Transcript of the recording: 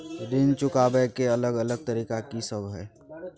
ऋण चुकाबय के अलग अलग तरीका की सब हय?